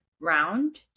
round